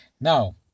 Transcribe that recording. Now